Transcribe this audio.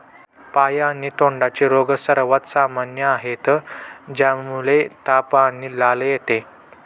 पाय आणि तोंडाचे रोग सर्वात सामान्य आहेत, ज्यामुळे ताप आणि लाळ येते